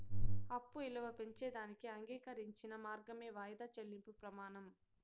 అప్పు ఇలువ పెంచేదానికి అంగీకరించిన మార్గమే వాయిదా చెల్లింపు ప్రమానం